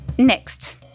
Next